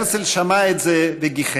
הרצל שמע את זה וגיחך.